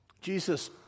Jesus